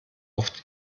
oft